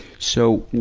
so,